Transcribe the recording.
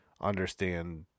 understand